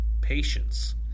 patience